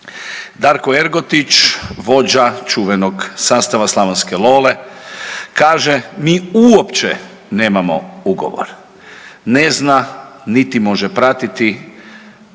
Darko Ergotić vođa čuvenog sastava Slavonske Lole kaže, mi uopće nemamo ugovor, ne zna niti može pratiti